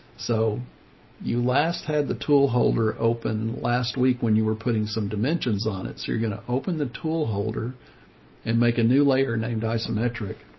so you last had the tool holder open last week when you were putting some dimensions on it. so you're going to open the tool holder and make a new layer named isometric.